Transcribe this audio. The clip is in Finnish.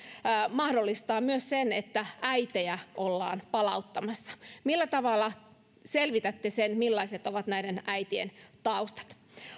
mahdollistaa myös sen että äitejä ollaan palauttamassa millä tavalla selvitätte sen millaiset ovat näiden äitien taustat